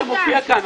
אחר.